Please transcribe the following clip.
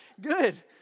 good